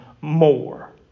more